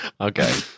okay